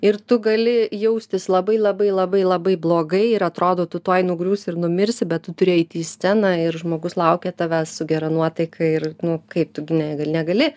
ir tu gali jaustis labai labai labai labai blogai ir atrodo tu tuoj nugriūsi ir numirsi bet tu turi eiti į sceną ir žmogus laukia tavęs su gera nuotaika ir nu kaip tu gi ne negali